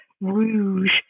rouge